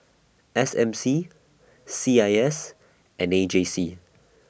S M C C I S and A J C